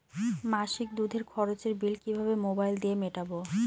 মাসিক দুধের খরচের বিল কিভাবে মোবাইল দিয়ে মেটাব?